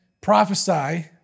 prophesy